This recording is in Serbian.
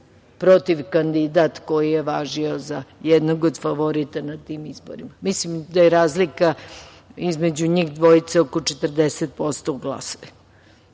protivkandidat koji je važio za jednog od favorita na tim izborima. Mislim da je razlika između njih dvojice oko 40% glasova.